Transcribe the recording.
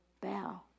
bow